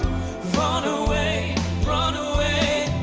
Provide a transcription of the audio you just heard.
run away run away,